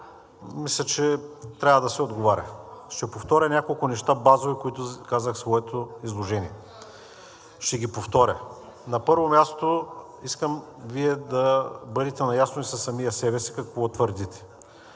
мисля, че трябва да се отговаря. Ще повторя няколко базови неща, които казах в своето изложение. На първо място, искам Вие да бъдете наясно и със самия себе си какво твърдите: